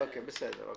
הבנתי,